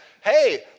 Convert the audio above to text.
hey